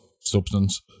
substance